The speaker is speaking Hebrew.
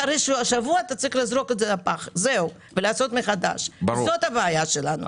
אחרי שבוע אתה צריך לזרוק לפח ולהתחיל מחדש זאת הבעיה שלנו.